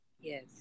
Yes